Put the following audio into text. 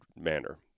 manner